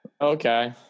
Okay